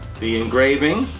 the engraving,